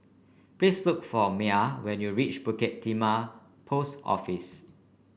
please look for Mia when you reach Bukit Timah Post Office